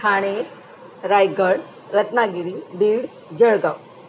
Thane Raigad Ratnagiri Beed Jalgaon